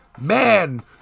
man